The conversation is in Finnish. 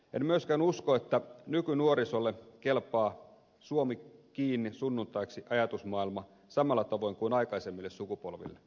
en myöskään usko että nykynuorisolle kelpaa suomi kiinni sunnuntaiksi ajatusmaailma samalla tavoin kuin aikaisemmille sukupolville